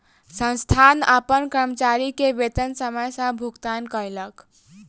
संस्थान अपन कर्मचारी के वेतन समय सॅ भुगतान कयलक